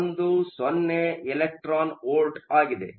10 electron volt ಆಗಿದೆ